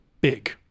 big